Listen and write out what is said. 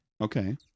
Okay